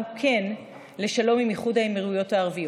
"כן" לשלום עם איחוד האמירויות הערביות.